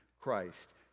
Christ